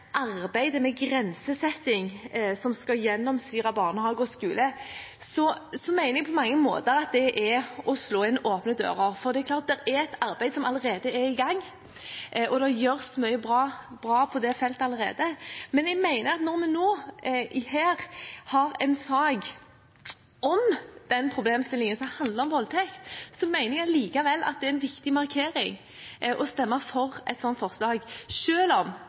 grensesetting som skal gjennomsyre barnehage og skole, mener jeg at det på mange måter er å slå inn åpne dører. Det er et arbeid som allerede er i gang, og det gjøres mye bra på det feltet allerede. Men når vi her og nå har en sak om den problemstillingen, som handler om voldtekt, mener jeg likevel at det er en viktig markering å stemme for et sånt forslag. Selv om